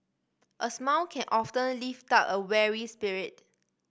a smile can often lift up a weary spirit